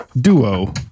Duo